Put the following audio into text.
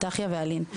פתחיה ואלי"ן.